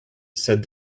said